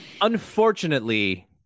unfortunately